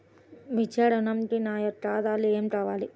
విద్యా ఋణంకి నా యొక్క ఆధారాలు ఏమి కావాలి?